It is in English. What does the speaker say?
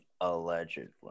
allegedly